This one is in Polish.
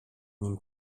nim